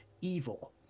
evil